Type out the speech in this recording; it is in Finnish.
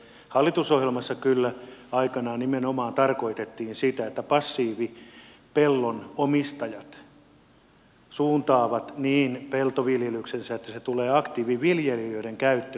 hallitusohjelmassa kyllä aikanaan nimenomaan tarkoitettiin sitä että passiivipellon omistajat suuntaavat niin peltoviljelyksensä että ne tulevat aktiiviviljelijöiden käyttöön